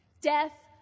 Death